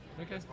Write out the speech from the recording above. Okay